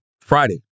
Friday